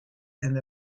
and